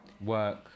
Work